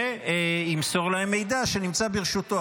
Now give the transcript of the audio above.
וימסור להם מידע שנמצא ברשותו.